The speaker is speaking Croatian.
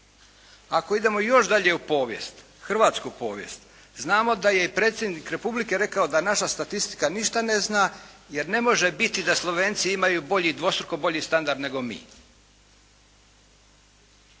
Ako idemo još dalje u povijest, hrvatsku povijest znamo da je i predsjednik Republike rekao da naša statistika ništa ne zna jer ne može biti da Slovenci imaju dvostruko bolji standard nego mi.